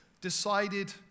decided